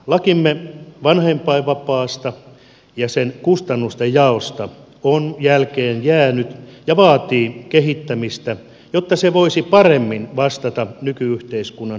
lakimme vanhempainvapaasta ja sen kustannusten jaosta on jälkeenjäänyt ja vaatii kehittämistä jotta se voisi paremmin vastata nyky yhteiskunnan haasteisiin